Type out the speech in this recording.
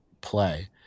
play